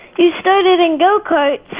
you started in go karts.